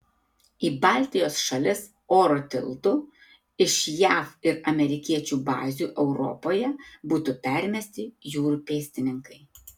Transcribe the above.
į baltijos šalis oro tiltu iš jav ir amerikiečių bazių europoje būtų permesti jūrų pėstininkai